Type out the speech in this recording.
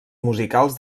musicals